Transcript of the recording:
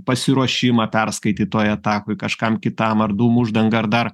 pasiruošimą perskaityt toj etapui kažkam kitam ar dūmų uždanga ar dar